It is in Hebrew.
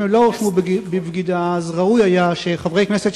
אם הם לא נשפטו על בגידה אז ראוי היה שחברי כנסת,